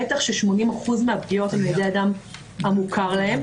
בטח כש-80% מהפגיעות הן על ידי אדם המוכר להם.